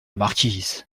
marquise